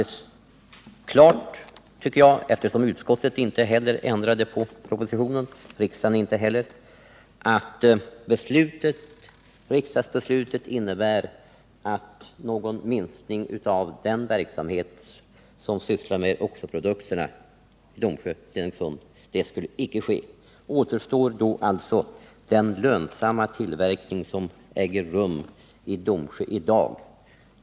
Eftersom varken utskottet eller riksdagen ändrade på propositionen är det, enligt min mening, alldeles klart att riksdagsbeslutet innebär att någon minskning av den verksamhet som är inriktad på oxo-produkterna i Domsjö icke skulle ske. Då återstår den lönsamma tillverkning som äger rum i Domsjö i dag.